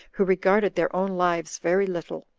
who regarded their own lives very little,